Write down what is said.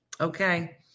Okay